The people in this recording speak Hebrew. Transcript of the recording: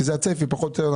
כי זה הצפי פחות או יותר.